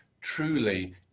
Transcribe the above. truly